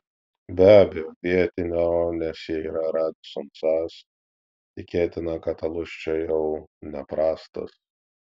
be abejo vietinio nes jei yra radisson sas tikėtina kad alus čia jau neprastas